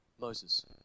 Moses